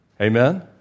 Amen